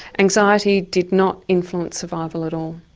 anxiety did not influence survival at all.